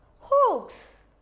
hooks